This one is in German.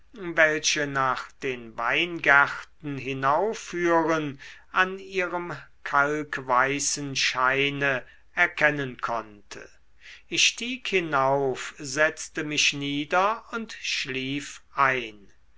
welche nach den weingärten hinaufführen an ihrem kalkweißen scheine erkennen konnte ich stieg hinauf setzte mich nieder und schlief ein